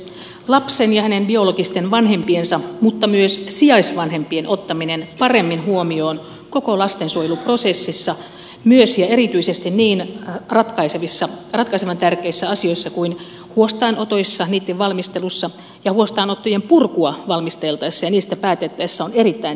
lapsen ja hänen biologisten vanhempiensa mutta myös sijaisvanhempien ottaminen paremmin huomioon koko lastensuojeluprosessissa myös ja erityisesti niin ratkaisevan tärkeissä asioissa kuin huostaanotoissa niitten valmistelussa ja huostaanottojen purkua valmisteltaessa ja niistä päätettäessä on erittäin tärkeää